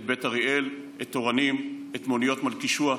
את בית אריאל, את אורנים, את מעוניות מלכישוע?